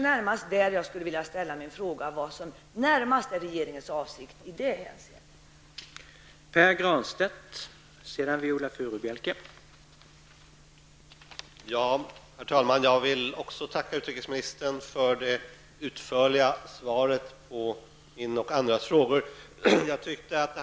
Vad är närmast regeringens avsikt i det hänseendet?